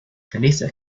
vanessa